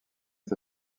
est